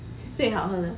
是最好喝的